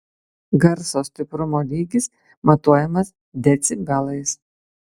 garso stiprumo lygis matuojamas decibelais